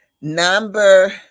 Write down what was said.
Number